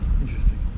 interesting